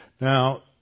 Now